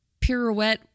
pirouette